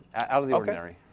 out of the ordinary.